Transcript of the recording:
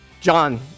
John